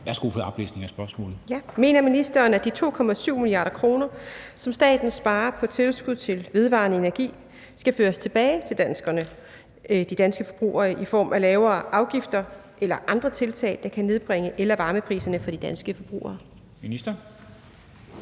Kl. 13:33 Louise Schack Elholm (V): Mener ministeren, at de 2,7 mia. kr., som staten sparer på tilskud til vedvarende energi, skal føres tilbage til danske forbrugere i form af lavere afgifter eller andre tiltag, der kan nedbringe el- og varmepriserne for de danske forbrugere? Kl.